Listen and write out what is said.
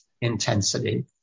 intensity